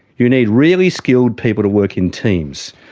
you need really skilled people to work in teams,